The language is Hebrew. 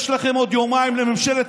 יש לכם עוד יומיים לממשלה הארורה,